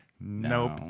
Nope